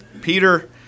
Peter